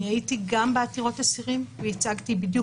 הייתי גם בעתירות אסירים וייצגתי בדיוק